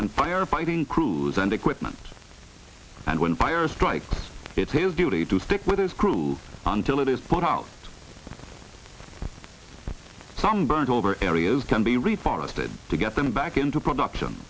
and firefighting crews and equipment and when fire strikes it's his duty to stick with his crew until it is put out some burned over areas can be reforested to get them back into production